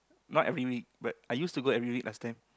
not every week but I use to go every week last time